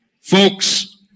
Folks